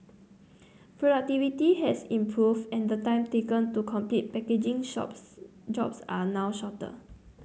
productivity has improved and the time taken to complete packing shops jobs are now shorter